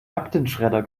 aktenschredder